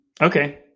Okay